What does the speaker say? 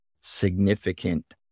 significant